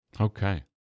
Okay